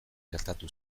gertatu